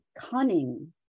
cunning